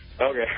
Okay